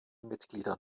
mitgliedern